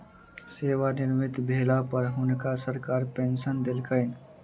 सेवानिवृत भेला पर हुनका सरकार पेंशन देलकैन